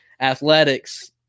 athletics